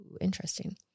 Interesting